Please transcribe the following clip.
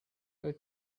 her